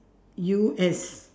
U S